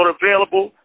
available